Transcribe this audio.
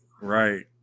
right